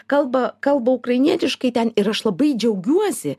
kalba kalba ukrainietiškai ten ir aš labai džiaugiuosi